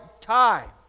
time